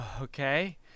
Okay